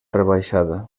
rebaixada